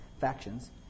factions